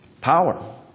Power